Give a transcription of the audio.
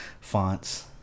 fonts